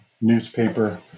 newspaper